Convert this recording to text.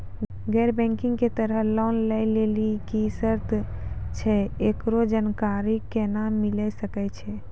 गैर बैंकिंग के तहत लोन लए लेली की सर्त छै, एकरो जानकारी केना मिले सकय छै?